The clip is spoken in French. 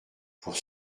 pour